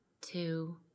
two